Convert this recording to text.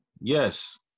Yes